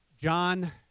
John